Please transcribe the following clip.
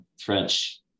French